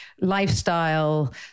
lifestyle